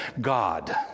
God